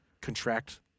contract